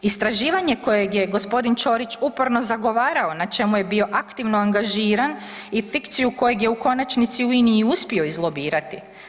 Istraživanje kojeg je gospodin Ćorić upravno zagovarao, na čemu je bio aktivno angažiran i fikciju kojeg je u konačnici u INI i uspio izlobirati.